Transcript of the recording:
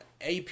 AP